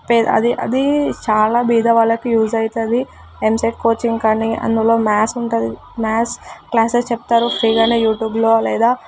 పేద అది అది చాలా బీద వాళ్ళకి యూజ్ అవుతుంది ఎంసెట్ కోచింగ్ కానీ అందులో మ్యాథ్స్ ఉంటుంది మ్యాథ్స్ క్లాసెస్ చెప్తారు ఫ్రీగా యూట్యూబ్లో లేదా